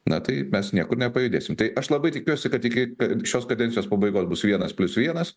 na tai mes niekur nepajudėsim tai aš labai tikiuosi kad iki šios kadencijos pabaigos bus vienas plius vienas